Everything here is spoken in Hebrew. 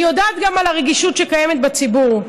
אני יודעת גם על הרגישות שקיימת בציבור.